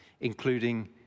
including